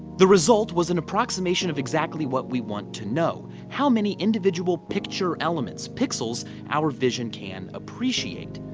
the result was an approximation of exactly what we want to know how many individual picture elements pixels our vision can appreciate.